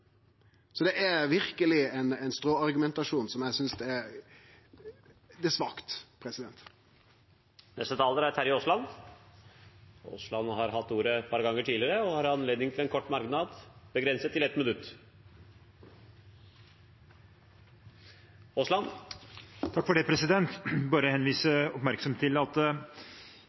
Så det er verkeleg ein stråmannsargumentasjon, og eg synest det er svakt. Representanten Terje Aasland har hatt ordet to ganger tidligere og får ordet til en kort merknad, begrenset til 1 minutt. Jeg vil bare henlede oppmerksomheten på at